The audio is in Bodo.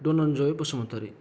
धननजय बुसुमातारी